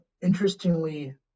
interestingly